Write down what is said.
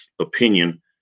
opinion